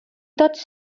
tots